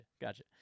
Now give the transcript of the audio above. Gotcha